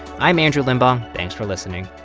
i'm andrew limbong. thanks for listening